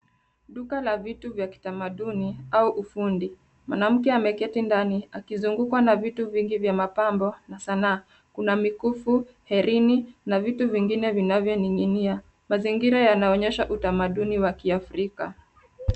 Duka la vitu vya kitamaduni au ufundi. Mwanamke ameketi ndani, akizungukwa na vitu vingi vya mapambo na sanaa. Kuna mikufu, herini, na vitu vingine vinavyoning'inia. Mazingira yanaonyesha utamaduni wa Kiafrika.